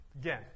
Again